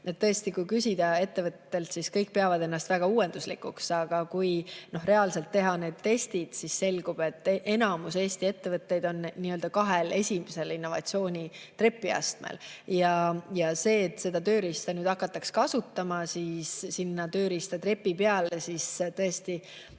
tõesti, kui küsida ettevõtetelt, siis kõik peavad ennast väga uuenduslikuks, aga kui reaalselt teha need testid, siis selgub, et enamus Eesti ettevõtteid on nii-öelda kahel esimesel innovatsioonitrepi astmel. Et seda tööriista nüüd hakataks kasutama, siis on plaanis panna sinna tööriistatrepi